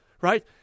right